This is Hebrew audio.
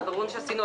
והברורים שעשינו,